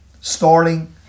starting